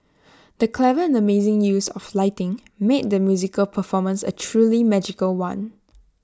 the clever and amazing use of lighting made the musical performance A truly magical one